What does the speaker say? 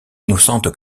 innocente